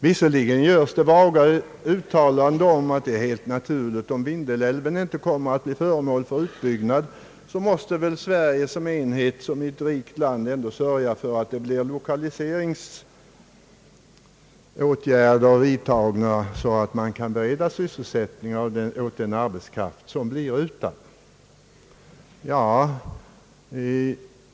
Visserligen görs det vaga uttalanden om att för den händelse Vindelälven inte kommer att utbyggas, måste väl ändå Sverige, vilket ju som enhet är ett rikt land, sörja för att lokaliseringsåtgärder vidtas, så att man kan bereda sysselsättning åt den arbetskraft som blir utan.